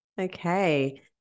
Okay